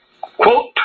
quote